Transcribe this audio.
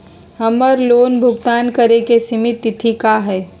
हमर लोन भुगतान करे के सिमित तिथि का हई?